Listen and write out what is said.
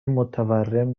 متورم